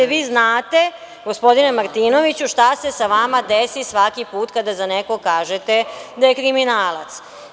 Vi znate, gospodine Martinoviću, šta se sa vama desi svaki put kada za nekog kažete da je kriminalac.